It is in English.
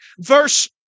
verse